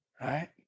right